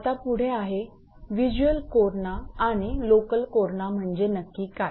आता पुढे आहे व्हिज्युअल कोरणा आणि लोकल कोरणा म्हणजे नक्की काय